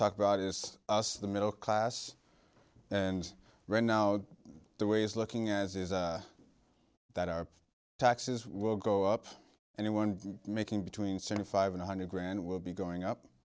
talk about is the middle class and right now the way is looking as is that our taxes will go up anyone making between seventy five one hundred grand will be going up